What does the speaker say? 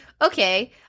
okay